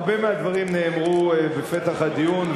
הרבה מהדברים נאמרו בפתח הדיון,